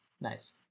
Nice